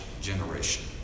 generation